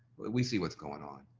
we see what's going on.